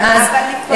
ואז,